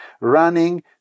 running